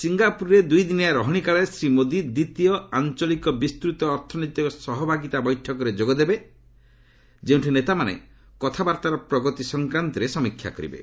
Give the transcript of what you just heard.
ସିଙ୍ଗାପୁରରେ ଦୁଇଦିନିଆ ରହଣିକାଳରେ ଶ୍ରୀ ମୋଦି ଦ୍ୱିତୀୟ ଆଞ୍ଚଳିକ ବିସ୍ଚୃତ ଅର୍ଥନୈତିକ ସହଭାଗିତା ବୈଠକରେ ଯୋଗଦେବେ ଯେଉଁଠି ନେତାମାନେ କଥାବାର୍ତ୍ତାର ପ୍ରଗତି ସଂକ୍ରାନ୍ତରେ ସମୀକ୍ଷା କରିବେ